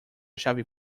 chave